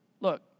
Look